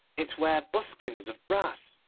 it ware buskins of brass,